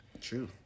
True